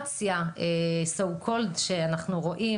כשאנחנו רואים